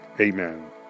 Amen